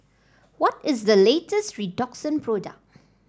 what is the latest Redoxon product